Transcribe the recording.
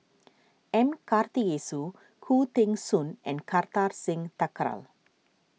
M Karthigesu Khoo Teng Soon and Kartar Singh Thakral